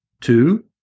two